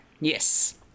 Yes